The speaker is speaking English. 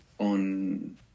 on